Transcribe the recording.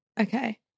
Okay